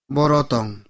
Borotong